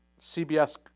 CBS